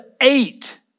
eight